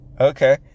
okay